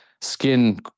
skin